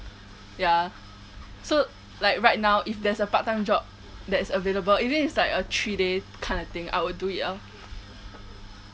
ya so like right now if there's a part time job that is available even if it's like a three day kinda thing I would do it lor